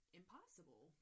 impossible